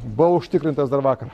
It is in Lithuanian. buvau užtikrintas dar vakar